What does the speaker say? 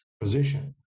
position